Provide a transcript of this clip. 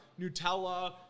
Nutella